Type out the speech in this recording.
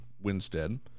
winstead